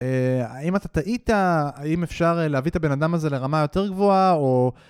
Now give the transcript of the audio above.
האם אתה טעית, האם אפשר להביא את הבן אדם הזה לרמה יותר גבוהה או...